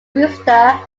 rooster